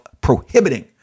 prohibiting